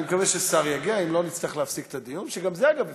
אני מוציא להפסקה את המליאה עד שיהיה פה שר.